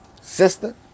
sister